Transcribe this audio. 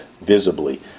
visibly